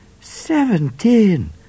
Seventeen